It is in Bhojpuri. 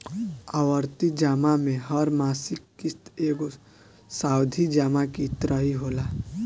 आवर्ती जमा में हर मासिक किश्त एगो सावधि जमा की तरही होला